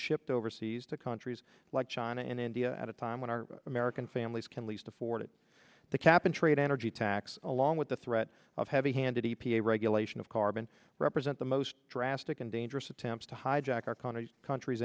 shipped overseas to countries like china and india at a time when our american families can least afford it the cap and trade energy tax along with the threat of heavy handed e p a regulation of carbon represent the most drastic and dangerous attempts to hijack our country's countr